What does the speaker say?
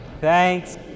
Thanks